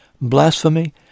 blasphemy